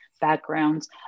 backgrounds